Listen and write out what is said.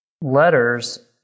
letters